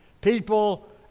people